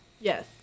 Yes